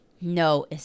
No